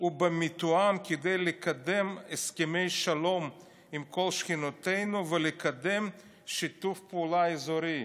ובמתואם כדי לקדם הסכמי שלום עם כל שכנותינו ולקדם שיתוף פעולה אזורי".